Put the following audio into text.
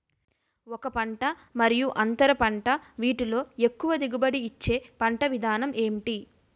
ఒక పంట మరియు అంతర పంట వీటిలో ఎక్కువ దిగుబడి ఇచ్చే పంట విధానం ఏంటి?